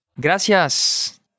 Gracias